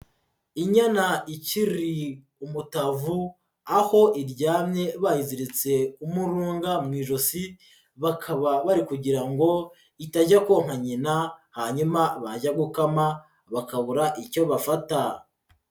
Inyana ikiri umutavu, aho iryamye bayiziritse umurunga mu ijosi, bakaba bari kugira ngo itajya konka nyina, hanyuma bajya gukama bakabura icyo bafata.